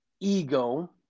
ego